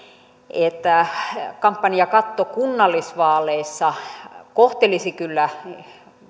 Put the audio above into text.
että kampanjakatto kunnallisvaaleissa kohtelisi kyllä